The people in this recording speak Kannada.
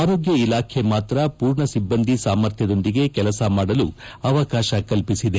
ಆರೋಗ್ಯ ಇಲಾಖೆ ಮಾತ್ರ ಪೂರ್ಣ ಸಿಬ್ಬಂದಿ ಸಾಮರ್ಥ್ಯದೊಂದಿಗೆ ಕೆಲಸ ಮಾಡಲು ಅವಕಾಶ ಕಲ್ಪಿಸಿದೆ